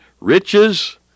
riches